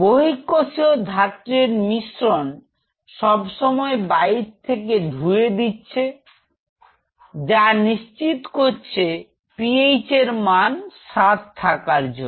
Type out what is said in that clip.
বহিঃকোষীয় ধাত্র এর মিশ্রন সবসময় বাহির থেকে ধুয়ে দিচ্ছে যার নিশ্চিত করছে PH এর মান 7 থাকার জন্য